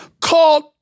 called